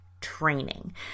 training